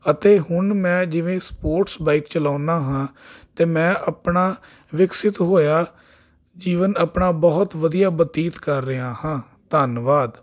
ਅਤੇ ਹੁਣ ਮੈਂ ਜਿਵੇਂ ਸਪੋਰਟਸ ਬਾਈਕ ਚਲਾਉਂਦਾ ਹਾਂ ਅਤੇ ਮੈਂ ਆਪਣਾ ਵਿਕਸਿਤ ਹੋਇਆ ਜੀਵਨ ਆਪਣਾ ਬਹੁਤ ਵਧੀਆ ਬਤੀਤ ਕਰ ਰਿਹਾ ਹਾਂ ਧੰਨਵਾਦ